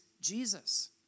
Jesus